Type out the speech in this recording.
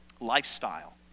lifestyle